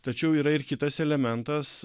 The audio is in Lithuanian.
tačiau yra ir kitas elementas